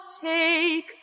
take